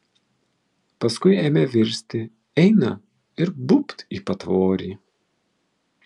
paskui ėmė virsti eina ir bubt į patvorį